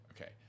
okay